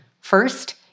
First